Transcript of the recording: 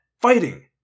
fighting